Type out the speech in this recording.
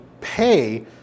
pay